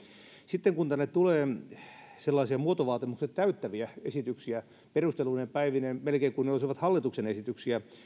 sitten kun tänne tulee sellaisia muotovaatimukset täyttäviä esityksiä perusteluineen päivineen melkein kuin ne olisivat hallituksen esityksiä